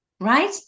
right